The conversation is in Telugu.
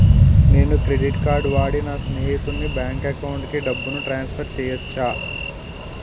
నేను క్రెడిట్ కార్డ్ వాడి నా స్నేహితుని బ్యాంక్ అకౌంట్ కి డబ్బును ట్రాన్సఫర్ చేయచ్చా?